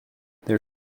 their